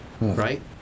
Right